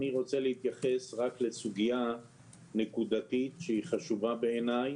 אני רוצה להתייחס רק לסוגיה נקודתית שהיא חשובה בעיניי,